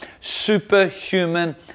superhuman